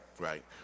Right